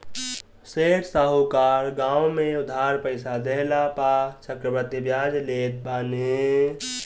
सेठ साहूकार गांव में उधार पईसा देहला पअ चक्रवृद्धि बियाज लेत बाने